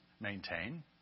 maintain